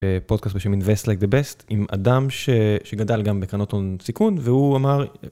פודקאסט בשם invest like the best עם אדם שגדל גם בקרנות הון סיכון והוא אמר.